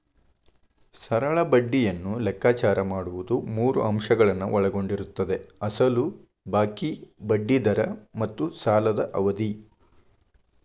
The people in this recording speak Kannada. ಸರಳ ಬಡ್ಡಿಯನ್ನು ಲೆಕ್ಕಾಚಾರ ಮಾಡುವುದು ಮೂರು ಅಂಶಗಳನ್ನು ಒಳಗೊಂಡಿರುತ್ತದೆ ಅಸಲು ಬಾಕಿ, ಬಡ್ಡಿ ದರ ಮತ್ತು ಸಾಲದ ಅವಧಿ